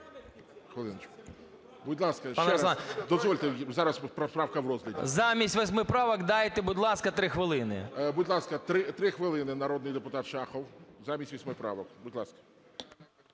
Замість 8 правок дайте, будь ласка, 3 хвилини.